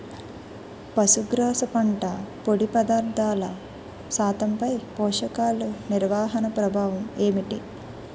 పశుగ్రాస పంట పొడి పదార్థాల శాతంపై పోషకాలు నిర్వహణ ప్రభావం ఏమిటి?